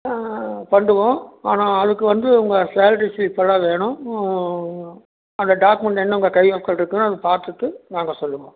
பண்ணுவோம் ஆனால் அதுக்கு வந்து உங்கள் சேலரி ஸ்லிப்பெல்லாம் வேணும் அந்த டாக்குமெண்ட் என்ன உங்கள் கையில் அகௌண்ட் இருக்குதுன்னு அதை பார்த்துட்டு நாங்கள் சொல்லுவோம்